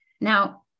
Now